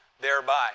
thereby